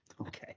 okay